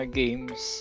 games